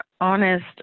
honest